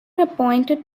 appointed